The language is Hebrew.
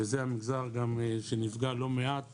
וזה המגזר גם שנפגע לא מעט